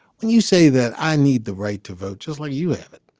when you say that i need the right to vote just like you have in